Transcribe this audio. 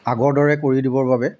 আগৰ দৰে কৰি দিবৰ বাবে